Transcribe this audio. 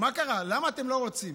מה קרה, למה אתם לא רוצים?